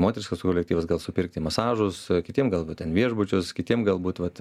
moteriškas kolektyvas gal supirkti masažus kitiem gal va ten viešbučius kitiem galbūt vat